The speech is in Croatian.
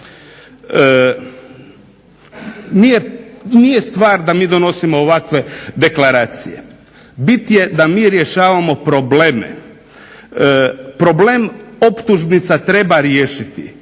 Nije stvar da mi donosimo ovakve deklaracije, bit je da mi rješavamo probleme. Problem optužnica treba riješiti.